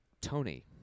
Tony